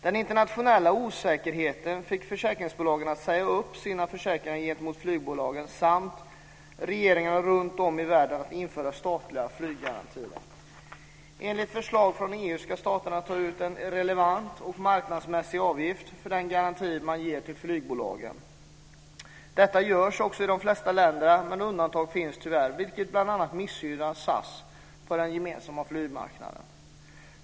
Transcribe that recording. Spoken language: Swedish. Den internationella osäkerheten fick försäkringsbolagen att säga upp sina försäkringar gentemot flygbolagen och regeringar runtom i världen att införa statliga flyggarantier. Enligt förslag från EU ska staterna ta ut en relevant och marknadsmässig avgift för den garanti man ger till flygbolagen. Detta görs också i de flesta länder, men undantag finns tyvärr, vilket bl.a. missgynnar SAS på den gemensamma flygmarknaden.